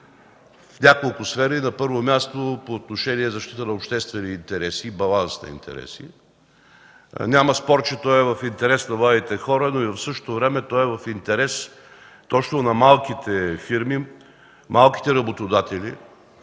в няколко сфери. На първо място, по отношение на защита на обществения интерес и баланса на интереси. Няма спор, че той е в интерес на младите хора, но в същото време е в интерес точно на малките работодатели,